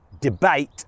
debate